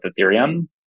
Ethereum